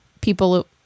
people